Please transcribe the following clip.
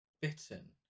bitten